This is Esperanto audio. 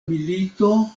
milito